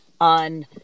on